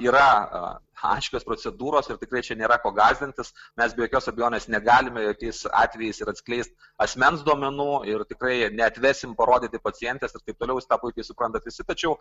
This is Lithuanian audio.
yra aiškios procedūros ir tikrai čia nėra ko gąsdintis mes be jokios abejonės negalime jokiais atvejais ir atskleist asmens duomenų ir tikrai neatvesim parodyti pacientės ir taip toliau jūs tą puikiai suprantat visi tačiau